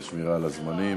על שמירה על הזמנים.